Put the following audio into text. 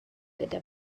gyda